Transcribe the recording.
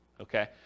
Okay